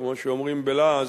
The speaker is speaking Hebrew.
כמו שאומרים בלעז,